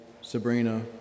Sabrina